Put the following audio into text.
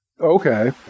Okay